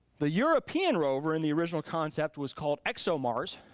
the european rover and the original concept was called exomars.